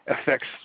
affects